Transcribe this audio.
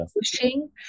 pushing